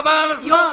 חבל על הזמן.